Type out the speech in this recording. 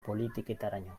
politiketaraino